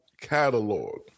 catalog